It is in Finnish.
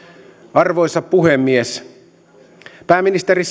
arvoisa puhemies pääministeri